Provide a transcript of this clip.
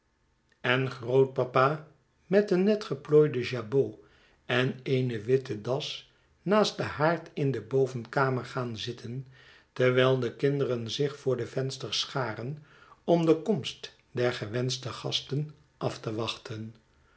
en grootpapa met een netgeplooiden jabot en eene witte das naast den haard in de bovenkamer gaan zitten terwijl de kinderen zich voor de vensters scharen om de komst der gewenschte gasten af te wachten